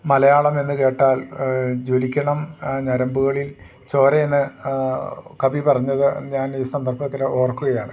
മലയാളമെന്നു കേട്ടാൽ ജ്വലിക്കണം ഞരമ്പുകളിൽ ചോരയെന്ന് കവി പറഞ്ഞത് ഞാൻ ഈ സന്ദർഭത്തിൽ ഓർക്കുകയാണ്